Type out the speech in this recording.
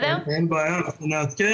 אני לא מבינה למה זה בלתי אפשרי.